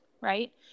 Right